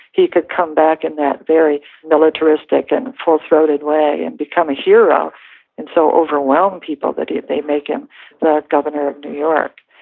he could come back in that very militaristic and full-throated way and become a hero and so overwhelmed people that they make him the governor of new york